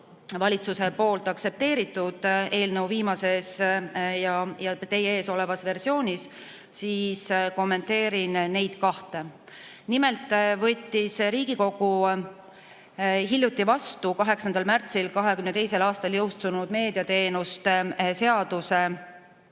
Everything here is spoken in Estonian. valitsus aktsepteerinud eelnõu viimases ja teie ees olevas versioonis, siis kommenteerin neid kahte. Nimelt võttis Riigikogu hiljuti vastu 8. märtsil 2022. aastal jõustunud meediateenuste seaduse